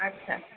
আচ্ছা আচ্ছা